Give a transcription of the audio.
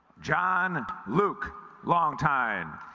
john luke long time